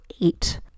eight